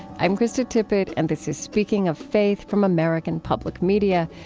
i'm krista tippett and this is speaking of faithfrom american public media.